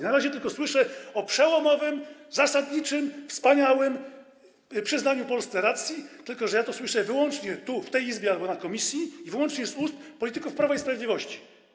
Na razie jedynie słyszę o przełomowym, zasadniczym, wspaniałym przyznaniu Polsce racji, tylko że słyszę to wyłącznie tu, w tej Izbie, albo w komisji i wyłącznie z ust polityków Prawa i Sprawiedliwości.